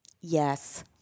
yes